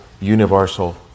universal